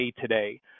today